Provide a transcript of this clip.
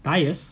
tyres